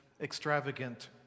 extravagant